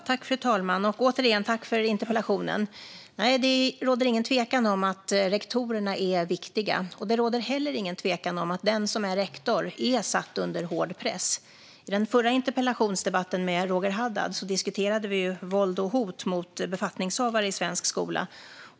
Fru talman! Tack återigen, Kristina Axén Olin, för interpellationen! Det råder ingen tvekan om att rektorerna är viktiga. Det råder heller ingen tvekan om att den som är rektor är satt under hård press. I den förra interpellationsdebatten med Roger Haddad diskuterade vi våld och hot mot befattningshavare i svensk skola.